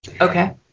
Okay